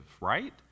Right